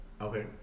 Okay